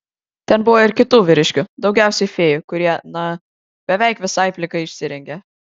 ten buvo ir kitų vyriškių daugiausiai fėjų kurie na beveik visai plikai išsirengė